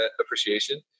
appreciation